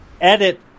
edit